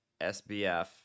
SBF